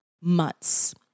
months